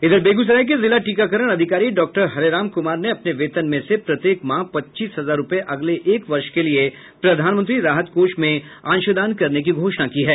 इधर बेगूसराय के जिला टीकाकरण अधिकारी डॉक्टर हरेराम कुमार ने अपने वेतन में से प्रत्येक माह पच्चीस हजार रूपये अगले एक वर्ष के लिए प्रधानमंत्री राहत कोष में अंशदान करने की घोषणा की है